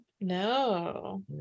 No